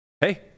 Hey